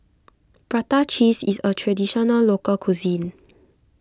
Prata Cheese is a Traditional Local Cuisine